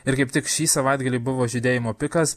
ir kaip tik šį savaitgalį buvo žydėjimo pikas